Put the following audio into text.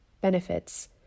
benefits